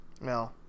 No